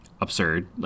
absurd